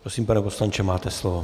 Prosím, pane poslanče, máte slovo.